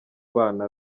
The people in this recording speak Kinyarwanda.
bana